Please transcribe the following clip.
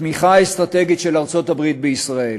לתמיכה האסטרטגית של ארצות-הברית בישראל.